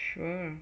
sure